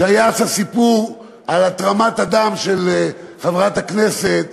כשהיה אז הסיפור על תרומת הדם של חברת הכנסת,